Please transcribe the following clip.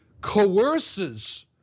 coerces